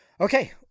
Okay